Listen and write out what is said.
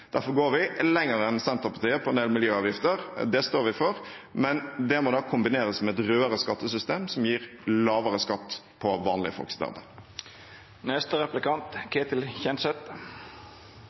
Derfor går vi lenger enn Senterpartiet med en del miljøavgifter. Det står vi for. Men det må kombineres med et rødere skattesystem, som gir lavere skatt på